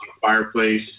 Fireplace